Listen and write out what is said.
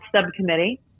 subcommittee